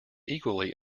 equally